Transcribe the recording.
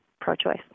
pro-choice